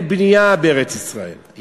נכון להיום אין בנייה בארץ-ישראל,